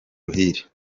ruhire